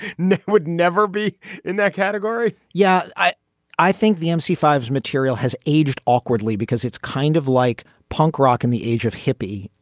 nick would never be in that category yeah, i i think the m c. five s material has aged awkwardly because it's kind of like punk rock in the age of hippy.